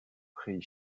prix